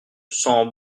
sang